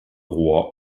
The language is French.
roy